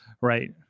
Right